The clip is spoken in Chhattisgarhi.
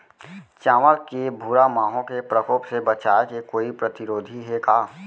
चांवल के भूरा माहो के प्रकोप से बचाये के कोई प्रतिरोधी हे का?